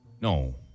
no